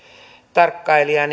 tarkkailija